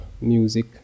Music